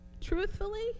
Truthfully